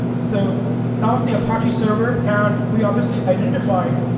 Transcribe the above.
so that was the apache server. and we obviously identified.